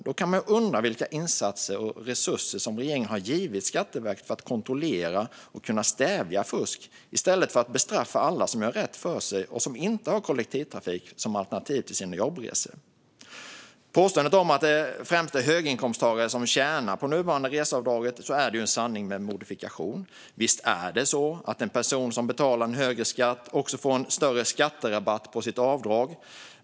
Då kan man undra vilka insatser och resurser som regeringen givit Skatteverket för att kontrollera och kunna stävja fusk, i stället för att bestraffa alla som gör rätt för sig och som inte har kollektivtrafik som alternativ för sina jobbresor. Påståendet att det är främst höginkomsttagare som tjänar på det nuvarande reseavdraget är en sanning med modifikation. Visst är det så att en person som betalar en högre skatt också får en större skatterabatt på sitt avdrag.